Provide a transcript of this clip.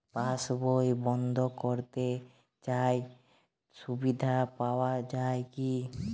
পাশ বই বন্দ করতে চাই সুবিধা পাওয়া যায় কি?